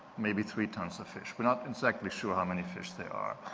maybe three tons of fish. we're not exactly sure how many fish there are.